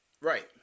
Right